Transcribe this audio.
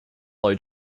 low